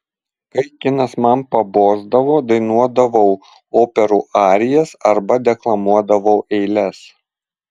kai kinas man pabosdavo dainuodavau operų arijas arba deklamuodavau eiles